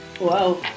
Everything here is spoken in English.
wow